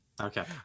Okay